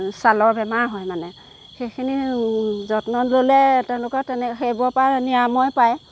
ছালৰ বেমাৰ হয় মানে সেইখিনি যত্ন ল'লে তেওঁলোকৰ তেনে সেইবোৰৰ পা নিৰাময় পায়